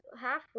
half